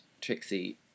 Trixie